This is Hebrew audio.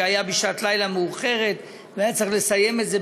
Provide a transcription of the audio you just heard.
שדנו בו בשעת לילה מאוחרת והיה צריך לסיים את זה,